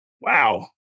Wow